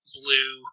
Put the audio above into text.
blue